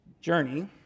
journey